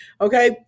Okay